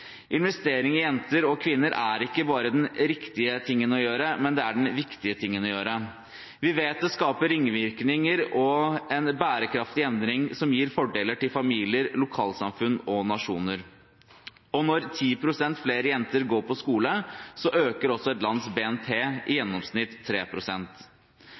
Investering i jenter og kvinner er ikke bare den riktige tingen å gjøre, men det er den viktige tingen å gjøre. Vi vet at det skaper ringvirkninger og en bærekraftig endring som gir fordeler til familier, lokalsamfunn og nasjoner, og når 10 pst. flere jenter går på skole, øker også et lands BNP i gjennomsnitt